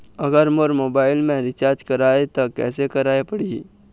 अगर मोर मोबाइल मे रिचार्ज कराए त कैसे कराए पड़ही?